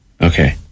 Okay